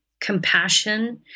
compassion